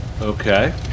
Okay